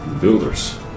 Builders